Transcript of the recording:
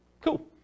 Cool